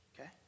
Okay